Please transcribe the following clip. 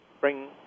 bring